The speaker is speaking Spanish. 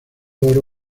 oro